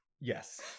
Yes